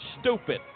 stupid